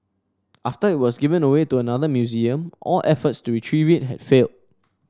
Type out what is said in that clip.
after it was given away to another museum all efforts to retrieve it had failed